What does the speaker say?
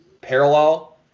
parallel